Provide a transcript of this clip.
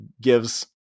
gives